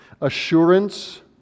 Assurance